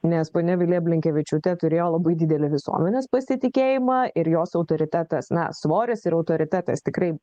nes ponia vilija blinkevičiūte turėjo labai didelį visuomenės pasitikėjimą ir jos autoritetas na svoris ir autoritetas tikrai